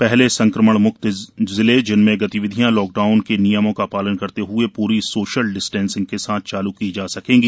पहले संक्रमण म्क्त जिले इनमें गतिविधियाँ लॉकडाउन के नियमों का पालन करते हूए पूरी सोशल डिस्टेंसिंग के साथ चालू की जा सकेंगी